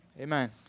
Amen